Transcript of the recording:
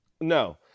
No